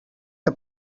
que